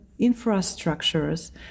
infrastructures